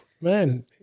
man